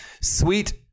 Sweet